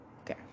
Okay